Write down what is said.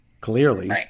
clearly